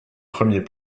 premiers